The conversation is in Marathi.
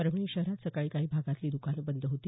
परभणी शहरात सकाळी काही भागातली दुकानं बंद होती